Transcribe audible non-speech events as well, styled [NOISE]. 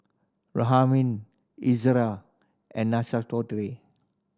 [UNINTELLIGIBLE] Ezerra and [UNINTELLIGIBLE]